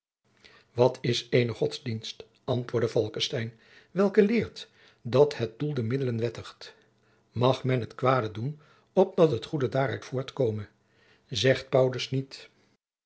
wat is eene godsdienst antwoordde falckestein welke leert dat het doel de middelen wettigt mag men het kwade doen opdat het goede daaruit voortkome zegt paulus niet